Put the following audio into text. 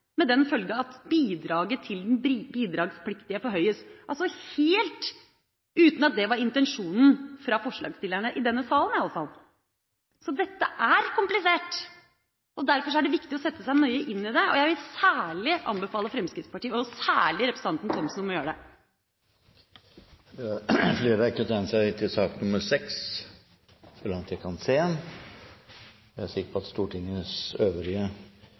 med den følge at bidraget til den bidragspliktige forhøyes – altså helt uten at det var intensjonen fra forslagstillerne i denne salen. Dette er komplisert, og derfor er det viktig å sette seg nøye inn i det. Jeg vil særlig anbefale Fremskrittspartiet – og særlig representanten Thomsen – om å gjøre det. Flere har ikke bedt om ordet til sak nr. 6. Etter ønske fra familie- og kulturkomiteen vil presidenten foreslå at